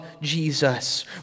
Jesus